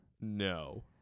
No